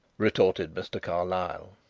retorted mr. carlyle.